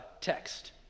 text